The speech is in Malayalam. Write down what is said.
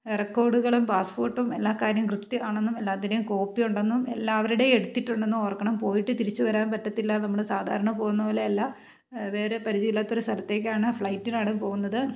റെക്കോർഡുകളും പാസ്പോർട്ടും എല്ലാ കാര്യം കൃത്യമാണെന്നും എല്ലാത്തിൻ്റേയും കോപ്പിയുണ്ടെന്നും എല്ലാവരുടെയും എടുത്തിട്ടുണ്ടെന്നും ഓർക്കണം പോയിട്ട് തിരിച്ചുവരാൻ പറ്റത്തില്ല നമ്മൾ സാധാരണ പോകുന്നപോലെ അല്ല വേറെ പരിചയമില്ലാത്തൊരു സ്ഥലത്തേക്കാണ് ഫ്ലൈറ്റിനാണ് പോകുന്നത്